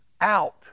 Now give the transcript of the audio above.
out